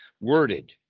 worded